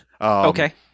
Okay